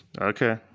Okay